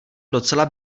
docela